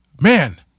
man